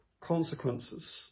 consequences